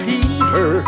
Peter